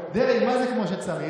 דרעי, מה זה כמו שצריך?